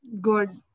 good